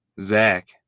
Zach